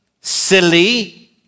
silly